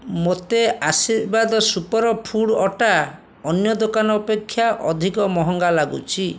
ମୋତେ Aashirvaad super food ଅଟା ଅନ୍ୟ ଦୋକାନ ଅପେକ୍ଷା ଅଧିକ ମହଙ୍ଗା ଲାଗୁଛି